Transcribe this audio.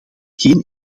geen